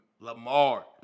Lamar